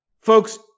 Folks